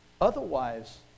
otherwise